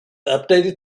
updated